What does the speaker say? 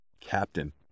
captain